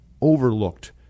overlooked